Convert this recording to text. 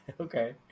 Okay